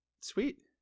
Sweet